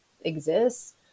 exists